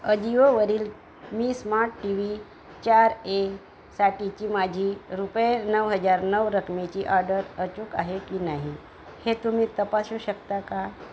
अजिओवरील मी smart TV चार एसाठीची माझी रुपये नऊ हजार नऊ रकमेची आर्डर अचूक आहे की नाही हे तुम्ही तपासू शकता का